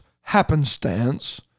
happenstance